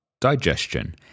Digestion